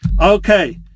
Okay